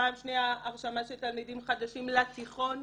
פעם שנייה, הרשמה של תלמידים חדשים לתיכון,